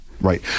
Right